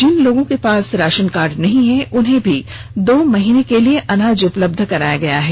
जिन लोगों के पास राशन कार्ड नहीं है उन्हें भी दो महीने के लिए अनाज उपलब्ध कराया गया है